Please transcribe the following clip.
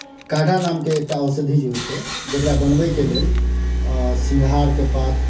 काढ़ा नामके एकटा औषधि जे होइत छै जकरा बनबयके लेल सिङ्घारके पात